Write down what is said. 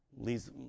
Leaves